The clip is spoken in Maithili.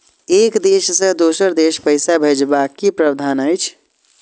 एक देश से दोसर देश पैसा भैजबाक कि प्रावधान अछि??